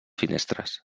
finestres